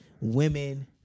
women